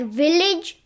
village